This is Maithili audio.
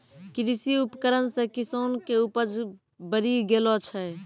कृषि उपकरण से किसान के उपज बड़ी गेलो छै